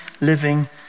living